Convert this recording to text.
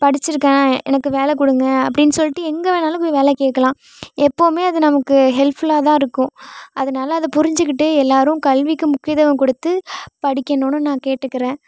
படிச்சுருக்கேன் எனக்கு வேலை கொடுங்க அப்படின்னு சொல்லிட்டு எங்கே வேண்ணாலும் போய் வேலை கேட்கலாம் எப்பவுமே அது நமக்கு ஹெல்ஃபுல்லாகதான் இருக்கும் அதனால அதை புரிஞ்சுக்கிட்டு எல்லாேரும் கல்விக்கு முக்கியத்துவம் கொடுத்து படிக்கணும்ன்னு நான் கேட்டுக்கிறேன்